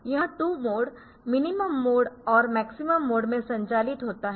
यह 2 mode minimum mode और maximum mode में संचालित होता है